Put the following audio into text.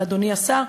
ואדוני השר,